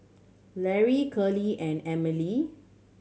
Larae Curley and Emile